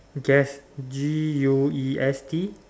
guest G U E S T